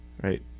right